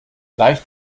leicht